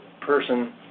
person